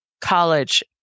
college